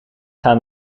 gaan